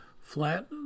flat